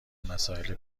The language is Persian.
مسائل